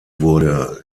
wurde